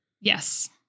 Yes